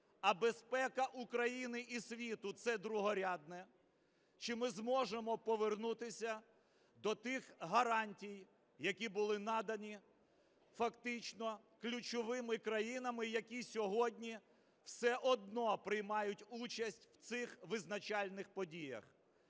а безпека України і світу – це другорядне, чи ми зможемо повернутися до тих гарантій, які були надані фактично ключовими країнами, які сьогодні все одно приймають участь в цих визначальних подіях.